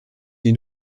die